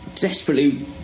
desperately